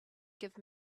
give